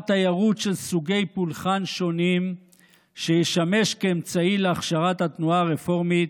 תיירות של סוגי פולחן שונים שישמש כאמצעי להכשרת התנועה הרפורמית,